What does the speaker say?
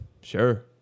sure